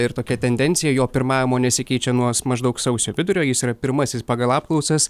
ir tokia tendencija jo pirmavimo nesikeičia nuo maždaug sausio vidurio jis yra pirmasis pagal apklausas